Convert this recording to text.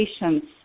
patients